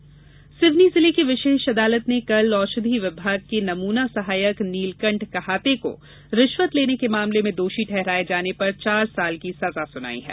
अदालत सजा सिवनी जिले की विशेष अदालत ने कल औषधि विभाग के नमूना सहायक नीलकंठ कहाते को रिश्वत लेने के मामले में दोषी ठहराये जाने पर चार वर्ष की सजा सुनाई है